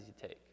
take